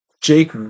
Jake